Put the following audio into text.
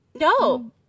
No